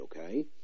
okay